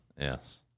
Yes